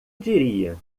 diria